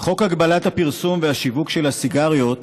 חוק הגבלת הפרסום והשיווק של הסיגריות